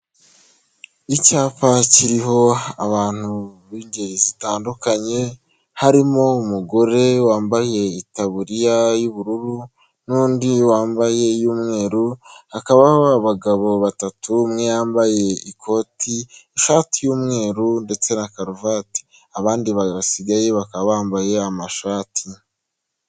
Icyapa kiriho abantu b'ingeri zitandukanye, harimo umugore wambaye itaburiya y'ubururu, n'undi wambaye iy'umweru, hakaba abagabo batatu umwe yambaye ikoti, ishati y'umweru ndetse na karuvati, abandi babiri basigaye bakaba bambaye amashati.